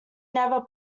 never